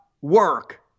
work